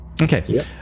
Okay